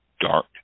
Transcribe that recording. dark